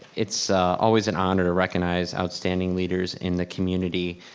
it's always an honor to recognize outstanding leaders in the community,